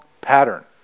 pattern